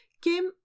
Kim